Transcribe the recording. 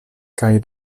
kaj